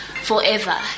forever